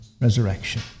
resurrection